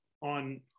on